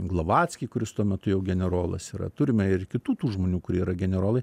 glovackį kuris tuo metu jau generolas yra turime ir kitų tų žmonių kurie yra generolai